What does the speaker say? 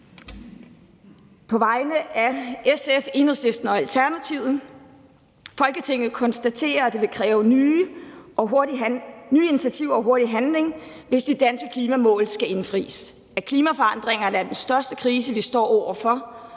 på vegne af SF, EL og ALT: Forslag til vedtagelse »Folketinget konstaterer, at det vil kræve nye initiativer og hurtig handling, hvis de danske klimamål skal indfries. At klimaforandringerne er den største krise, vi står over for,